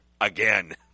again